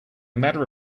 matter